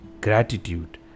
Gratitude